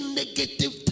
negative